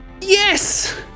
Yes